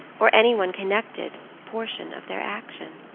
or any one connected portion of their action.